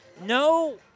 no